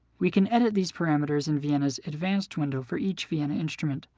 we can edit these parameters in vienna's advanced window for each vienna instrument.